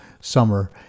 summer